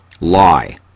Lie